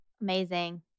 Amazing